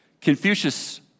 Confucius